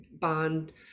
bond